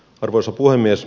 arvoisa puhemies